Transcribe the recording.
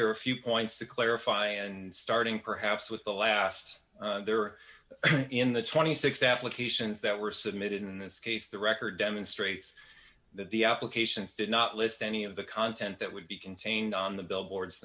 there are a few points to clarify and starting perhaps with the last there in the twenty six dollars applications that were submitted in this case the record demonstrates that the applications did not list any of the content that would be contained on the billboards